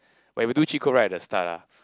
when you do cheat code right they will start lah